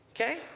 okay